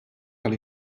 tal